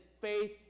faith